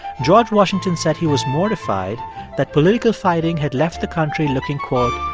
george washington said he was mortified that political fighting had left the country looking, quote,